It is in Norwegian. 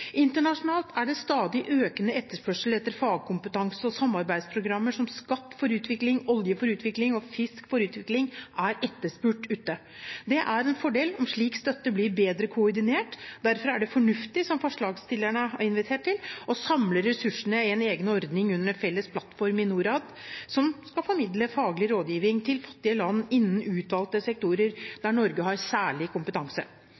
Internasjonalt er det stadig økende etterspørsel etter fagkompetanse, og samarbeidsprogrammer som Skatt for utvikling, Olje for utvikling og Fisk for utvikling er etterspurt ute. Det er en fordel om slik støtte blir bedre koordinert. Derfor er det fornuftig, som forslagsstillerne har invitert til, å samle ressursene i en egen ordning under en felles plattform i Norad som skal formidle faglig rådgiving til fattige land innen utvalgte sektorer der Norge har særlig kompetanse.